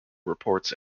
reports